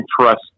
trust